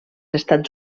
estats